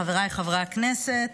חבריי חברי הכנסת,